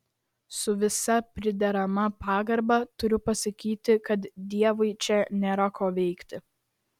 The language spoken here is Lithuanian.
su visa priderama pagarba turiu pasakyti kad dievui čia nėra ko veikti